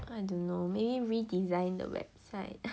I don't know maybe redesign the website